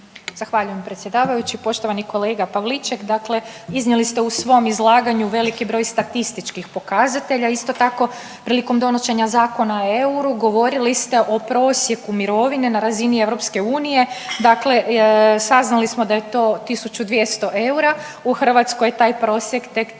Zahvaljujem predsjedavajući. Poštovani kolega Pavliček, dakle iznijeli ste u svom izlaganju veliki broj statističkih pokazatelja, isto tako prilikom donošenja Zakona o euru govorili ste o prosjeku mirovine na razini EU, dakle saznali smo da je to 1.200 eura, u Hrvatskoj taj je prosjek tek 385